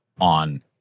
on